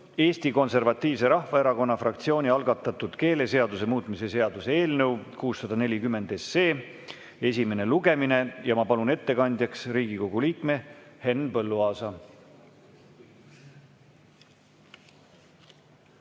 Eesti Konservatiivse Rahvaerakonna fraktsiooni algatatud keeleseaduse muutmise seaduse eelnõu 640 esimene lugemine. Ma palun ettekandjaks Riigikogu liikme Henn Põlluaasa.